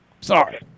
Sorry